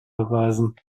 beweisen